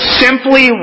simply